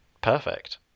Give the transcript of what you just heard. perfect